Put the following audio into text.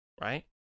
Right